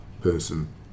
person